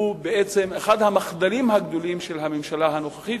הם אחד המחדלים הגדולים של הממשלה הנוכחית,